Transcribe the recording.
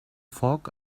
foc